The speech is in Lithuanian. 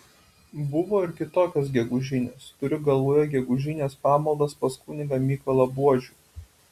buvo ir kitokios gegužinės turiu galvoje gegužines pamaldas pas kunigą mykolą buožių